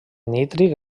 nítric